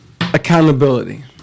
accountability